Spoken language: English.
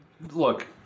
Look